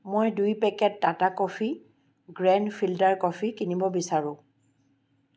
মই দুই packet Tata coffee grand filter coffee কিনিব বিচাৰোঁ